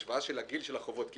השוואה של גיל החובות,